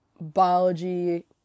biology